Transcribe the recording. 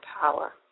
power